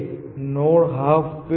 તે એકદમ સચોટ ન હોવું જોઈએ